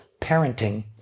Parenting